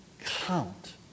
count